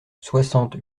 soixante